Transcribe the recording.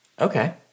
Okay